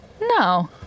No